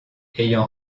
ayant